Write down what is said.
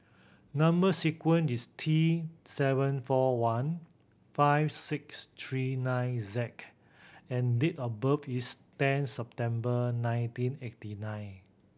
number sequence is T seven four one five six three nine Z and date of birth is ten September nineteen eighty nine